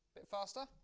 bit faster.